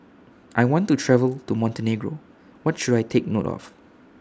I want to travel to Montenegro What should I Take note of